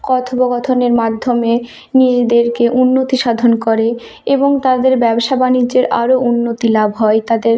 কথোপকথনের মাধ্যমে নিজেদেরকে উন্নতি সাধন করে এবং তাদের ব্যবসা বাণিজ্যের আরও উন্নতি লাভ হয় তাদের